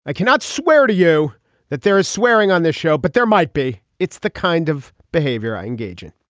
i cannot swear to you that there is swearing on this show, but there might be. it's the kind of behavior i engage in